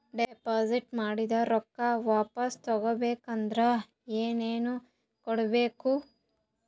Deposit ಮಾಡಿದ ರೊಕ್ಕ ವಾಪಸ್ ತಗೊಬೇಕಾದ್ರ ಏನೇನು ಕೊಡಬೇಕು?